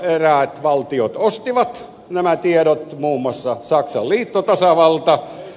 eräät valtiot ostivat nämä tiedot muun muassa saksan liittotasavalta